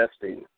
testing